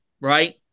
right